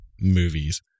movies